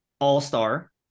All-star